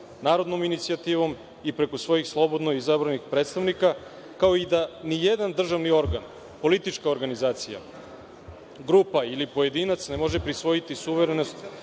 narodnom inicijativom i preko svojim slobodno izabranih predstavnika, kao i da nijedan državni organ, politička organizacija, grupa ili pojedinac ne može prisvojiti suverenost od